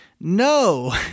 No